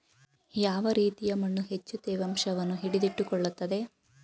ಯಾವ ರೀತಿಯ ಮಣ್ಣು ಹೆಚ್ಚು ತೇವಾಂಶವನ್ನು ಹಿಡಿದಿಟ್ಟುಕೊಳ್ಳುತ್ತದೆ?